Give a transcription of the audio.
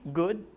good